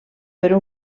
per